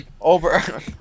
Over